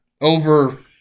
over